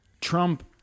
Trump